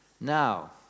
Now